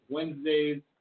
Wednesdays